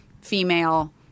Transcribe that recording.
female –